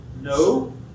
no